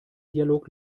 dialog